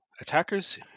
Attackers